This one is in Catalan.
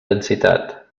densitat